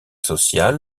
sociale